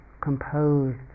composed